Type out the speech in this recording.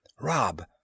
Rob